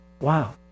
Wow